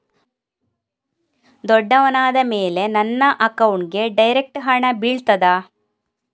ದೊಡ್ಡವನಾದ ಮೇಲೆ ನನ್ನ ಅಕೌಂಟ್ಗೆ ಡೈರೆಕ್ಟ್ ಹಣ ಬೀಳ್ತದಾ?